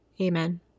Amen